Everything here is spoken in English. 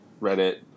Reddit